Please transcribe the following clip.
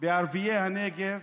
בערביי הנגב